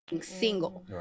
Single